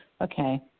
Okay